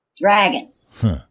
Dragons